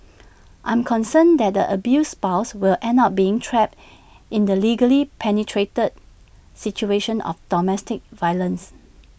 I'm concerned that the abused spouse will end up being trapped in the legally penetrated situation of domestic violence